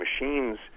machines